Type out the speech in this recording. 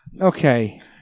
Okay